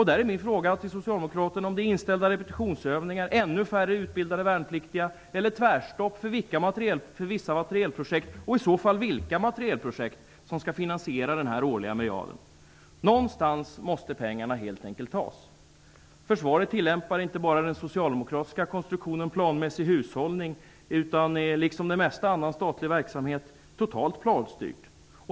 Där är min fråga till Socialdemokraterna: Är det inställda repetitionsövningar, ännu färre utbildade värnpliktiga eller tvärstopp för vissa materielprojekt -- och i så fall vilka materielprojekt -- som skall finansiera den årliga miljarden? Någonstans måste pengarna helt enkelt tas. Försvaret tillämpar inte bara den socialdemokratiska konstruktionen ''planmässig hushållning'' utan är liksom det mesta av statlig verksamhet totalt planstyrt.